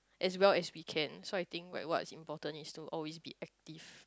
as well as we can so I think like what is important is to always be active